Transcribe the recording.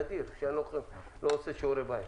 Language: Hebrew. נדיר שאני לא עושה שיעורי בית,